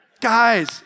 Guys